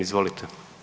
Izvolite.